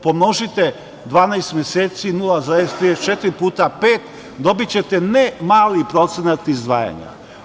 Pomnožite 12 meseci, 0,34 puta pet, dobićete ne mali procenat izdvajanja.